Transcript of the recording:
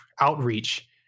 outreach